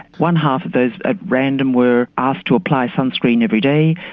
one half of those at random were asked to apply sunscreen every day,